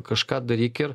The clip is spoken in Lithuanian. kažką daryk ir